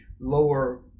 lower